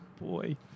Boy